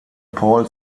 paul